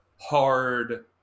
hard